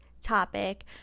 topic